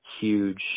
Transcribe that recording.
huge